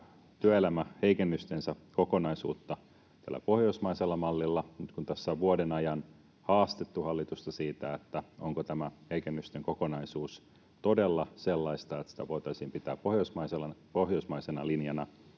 työelämäheikennystensä kokonaisuutta tällä pohjoismaisella mallilla. Nyt kun tässä on vuoden ajan haastettu hallitusta siitä, onko tämä heikennysten kokonaisuus todella sellainen, että sitä voitaisiin pitää pohjoismaisena linjana,